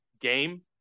game